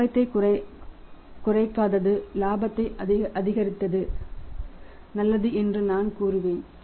இலாபத்தை குறைக்காதது இலாபத்தை அதிகரித்தது நல்லது என்று நான் கூறுவேன்